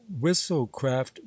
whistlecraft